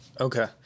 okay